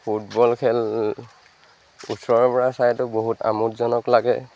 football খেল ওচৰৰপৰা চাইতো বহুত আমোদজনক লাগে